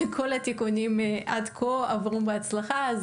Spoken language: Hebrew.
כל התיקונים עד כה עברו בהצלחה,